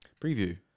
Preview